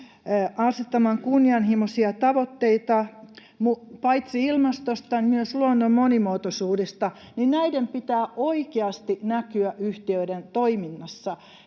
asettamaan kunnianhimoisia tavoitteita paitsi ilmastosta myös luonnon monimuotoisuudesta, niin näiden pitää oikeasti näkyä yhtiöiden toiminnassa